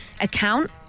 account